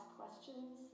questions